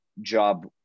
job